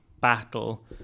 battle